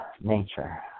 nature